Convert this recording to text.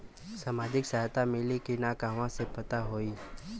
सामाजिक सहायता मिली कि ना कहवा से पता होयी?